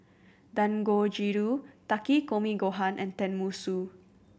Dangojiru Takikomi Gohan and Tenmusu